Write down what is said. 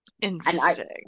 Interesting